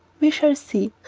we shall see,